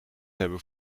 hebben